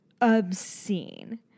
obscene